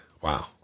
wow